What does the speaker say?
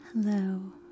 Hello